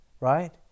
right